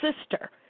sister